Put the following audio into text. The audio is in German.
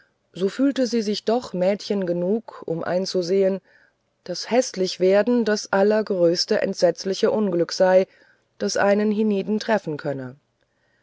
so fühlte sie sich doch mädchen genug um einzusehen daß häßlichwerden das allergrößeste entsetzlichste unglück sei das einen hienieden treffen könne